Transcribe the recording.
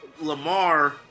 Lamar